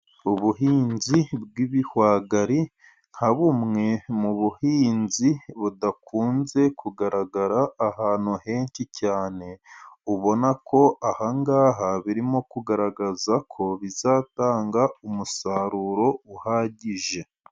Ubuhinzi bw'ibihwagari, nka bumwe mu buhinzi budakunze kugaragara ahantu henshi cyane, ubona ko aha ngaha birimo kugaragaza ko bizatanga umusaruro uhagije.